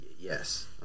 yes